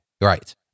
Right